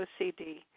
OCD